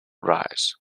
rise